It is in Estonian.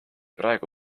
praegu